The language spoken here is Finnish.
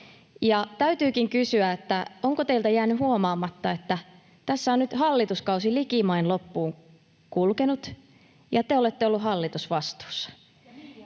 Täytyykin kysyä, onko teiltä jäänyt huomaamatta, että tässä on nyt hallituskausi likimain loppuun kulkenut ja te olette olleet hallitusvastuussa.